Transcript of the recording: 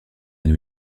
new